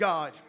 God